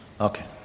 Okay